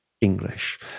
English